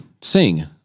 sing